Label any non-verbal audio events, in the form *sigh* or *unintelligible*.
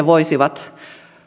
*unintelligible* voisivat